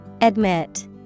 Admit